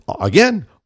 again